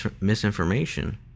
misinformation